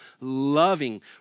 loving